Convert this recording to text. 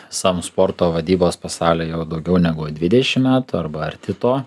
visam sporto vadybos pasaulyje jau daugiau negu dvidešim metų arba arti to